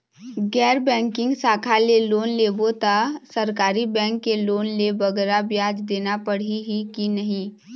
गैर बैंकिंग शाखा ले लोन लेबो ता सरकारी बैंक के लोन ले बगरा ब्याज देना पड़ही ही कि नहीं?